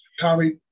Tommy